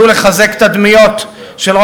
וביום הכיפורים הזה,